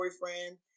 boyfriend